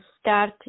start